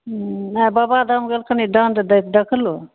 आइ बाबाधाम गेली छलहुॅं दण्ड दैत देखलहुॅं